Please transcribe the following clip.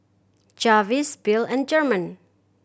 Jarvis Bill and German